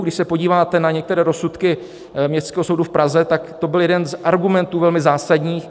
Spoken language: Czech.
Když se podíváte na některé rozsudky Městského soudu v Praze, tak to byl jeden z argumentů velmi zásadních.